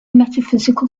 metaphysical